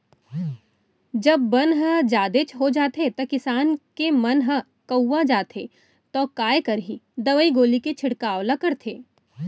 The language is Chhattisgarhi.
जब बन ह जादेच हो जाथे त किसान के मन ह कउवा जाथे तौ काय करही दवई गोली के छिड़काव ल करथे